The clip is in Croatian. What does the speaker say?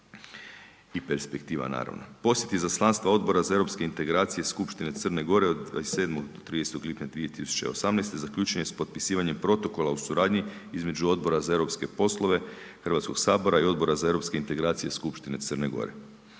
i perspektiva naravno. Posjet izaslanstva Odbora za eu integracije Skupštine Crne Gore od 27. do 30. lipnja 2018. zaključen je sa potpisivanjem Protokola o suradnji između Odbora za eu poslove, Hrvatskog sabora i Odbora za eu integracije skupštine Crne Gore.